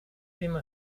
primo